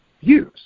use